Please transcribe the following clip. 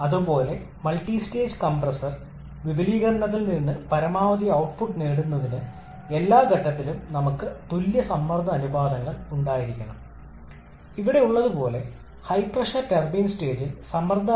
അപ്പോൾ നമ്മൾക്ക് ഒരു ടർബൈൻ ഉണ്ട് വിപുലീകരണം നടത്തുക തുടർന്ന് സിസ്റ്റം പ്രാരംഭ ഭാഗത്തേക്ക് തിരികെ കൊണ്ടുവരാൻ നമുക്ക് മറ്റൊരു ചൂട് ഉണ്ട് എക്സ്ചേഞ്ചർ കുറഞ്ഞ താപനില സിങ്കിലേക്ക് ചൂട് നിരസിക്കാൻ സഹായിക്കുന്നു